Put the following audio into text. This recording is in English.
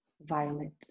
violet